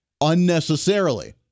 Unnecessarily